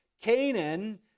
Canaan